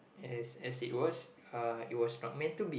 as as it was uh it was not meant to be